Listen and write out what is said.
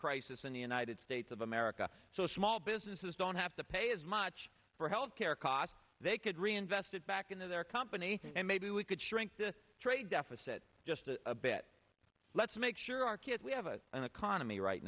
crisis in the united states of america so small businesses don't have to pay as much for health care costs they could reinvest it back into their company and maybe we could shrink the trade deficit just a bit let's make sure our kids we have a an economy right